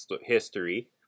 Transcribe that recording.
history